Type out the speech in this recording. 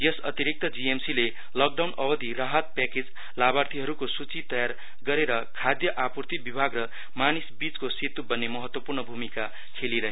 यस अतिरिक्त जीएमसीले लकडाउन अवधि राहत प्याकेज लाभार्थीहरूको सूचि तयार गरेर खाद्य आपूर्ती विभाग र मानिसबीचको सेतु बन्ने महत्वपूर्ण भूमिका खेलिरहेछ